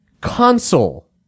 console